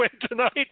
tonight